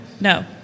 no